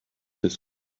his